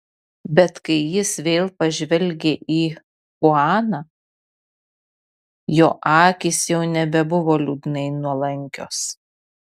bet kai jis vėl pažvelgė į chuaną jo akys jau nebebuvo liūdnai nuolankios